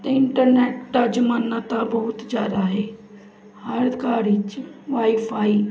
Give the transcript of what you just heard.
ਅਤੇ ਇੰਟਰਨੈਟ ਦਾ ਜ਼ਮਾਨਾ ਤਾਂ ਬਹੁਤ ਜ਼ਿਆਦਾ ਏ ਹਰ ਘਰ 'ਚ ਵਾਈਫਾਈ